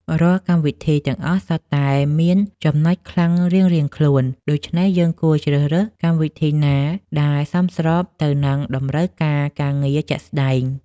រាល់កម្មវិធីទាំងអស់សុទ្ធតែមានចំណុចខ្លាំងរៀងៗខ្លួន ដូច្នេះយើងគួរជ្រើសរើសកម្មវិធីណាដែលសមស្របទៅនឹងតម្រូវការការងារជាក់ស្តែង។